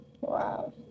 Wow